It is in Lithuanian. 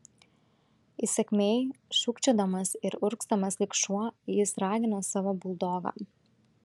įsakmiai šūkčiodamas ir urgzdamas lyg šuo jis ragino savo buldogą